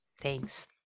Thanks